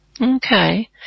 Okay